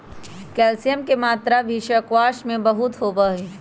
calcium के मात्रा भी स्क्वाश में बहुत होबा हई